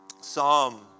Psalm